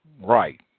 right